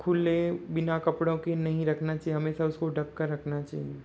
खुले बिना कपड़ों के नहीं रखना चाहिए हमेशा उसको ढँक कर रखना चाहिए